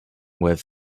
with